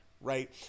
Right